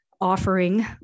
offering